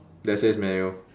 that says menu